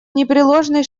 непреложный